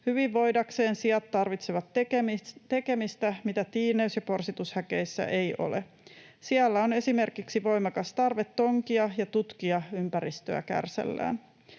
Hyvin voidakseen siat tarvitsevat tekemistä, mitä tiineys- ja porsitushäkeissä ei ole. Sialla on esimerkiksi voimakas tarve tonkia ja tutkia ympäristöä kärsällään.